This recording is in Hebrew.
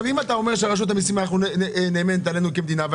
אם אתה אומר שרשות המיסים נאמנה עלינו כמדינה,